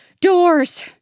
Doors